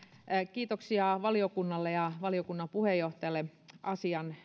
kiitoksia valiokunnalle ja valiokunnan puheenjohtajalle asian